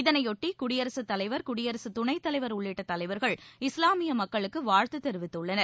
இதனைபொட்டி குயடிரசுத்தலைவா் குடியரசுத் துணைத்தலைவா் உள்ளிட்ட தலைவா்கள் இஸ்லாமிய மக்களுக்கு வாழ்த்து தெரிவித்துள்ளனர்